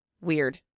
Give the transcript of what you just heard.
Weird